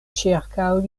ĉirkaŭ